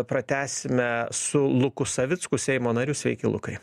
pratęsime su luku savicku seimo nariu sveiki lukai